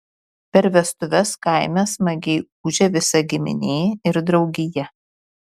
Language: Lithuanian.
per vestuves kaime smagiai ūžia visa giminė ir draugija